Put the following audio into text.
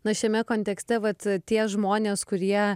na šiame kontekste vat tie žmonės kurie